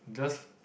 just